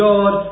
God